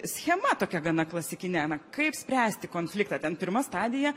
schema tokia gana klasikine na kaip spręsti konfliktą ten pirma stadija